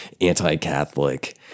anti-Catholic